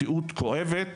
מציאות כואבת,